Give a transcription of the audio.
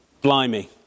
blimey